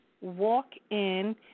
Walk-In